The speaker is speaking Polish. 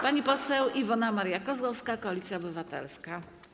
Pani poseł Iwona Maria Kozłowska, Koalicja Obywatelska.